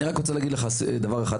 אני רק רוצה להגיד לך דבר אחד,